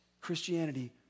Christianity